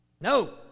No